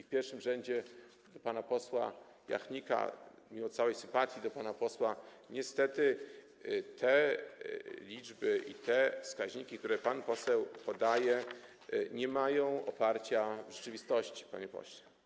W pierwszym rzędzie zwracam się do pana posła Jachnika, mimo całej sympatii do pana posła: niestety te liczby i te wskaźniki, które pan poseł podaje, nie mają oparcia w rzeczywistości, panie pośle.